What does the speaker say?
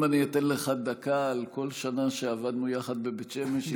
אם אני אתן לך דקה על כל שנה שעבדנו יחד בבית שמש,